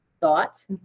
thought